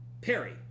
Perry